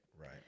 Right